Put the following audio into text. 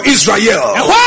Israel